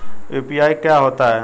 UPI क्या होता है?